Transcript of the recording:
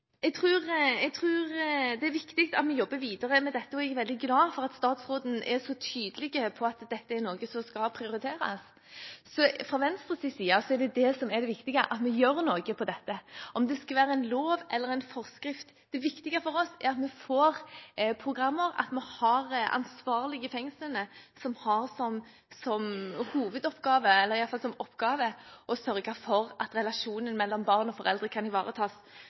Jeg tror det er viktig at vi jobber videre med dette, og jeg er veldig glad for at statsråden er så tydelig på at dette er noe som skal prioriteres. Fra Venstres side er det viktigste at vi gjør noe med dette. Om det skal være en lov eller en forskrift – det viktige for oss er at vi får programmer, og at vi har ansvarlige i fengslene som har som oppgave å sørge for at relasjonen mellom barn og foreldre kan ivaretas